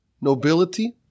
nobility